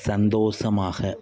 சந்தோஷமாக